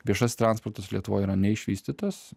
viešasis transportas lietuvoje yra neišvystytas